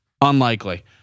Unlikely